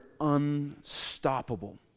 unstoppable